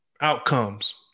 outcomes